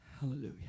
Hallelujah